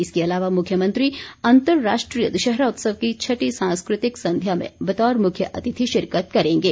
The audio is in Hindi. इसके अलावा मुख्यमंत्री अंतर्राष्ट्रीय दशहरा उत्सव की छठी सांस्कृतिक संध्या में बतौर मुख्य अतिथि शिरकत करेंगे